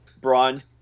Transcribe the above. Braun